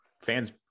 fans